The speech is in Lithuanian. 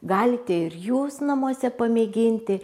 galite ir jūs namuose pamėginti